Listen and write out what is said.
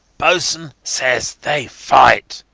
bossn says they fight.